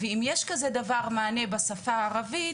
ואם יש כזה דבר, מענה בשפה הערבית,